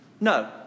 No